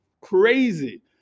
crazy